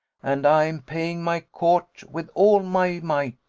and i am paying my court with all my might,